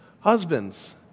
Husbands